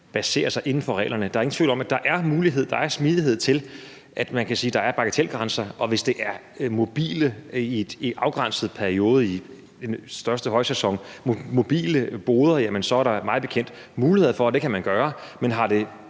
basere sig inden for reglerne. Der er ingen tvivl om, at der er mulighed for og smidighed til, at man kan sige, at der er bagatelgrænser, og hvis det er mobile boder i en afgrænset periode i den største højsæson, er der mig bekendt muligheder for, at det kan man gøre, men har det